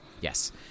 Yes